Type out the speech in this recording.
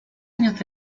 años